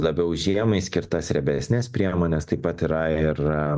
labiau žiemai skirtas riebesnes priemones taip pat yra ir